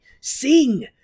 Sing